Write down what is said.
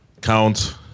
count